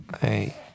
Hey